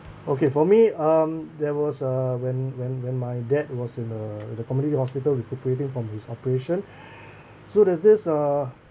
okay for me um there was uh when when when my dad was in uh the community hospital recuperating from his operation so there's this uh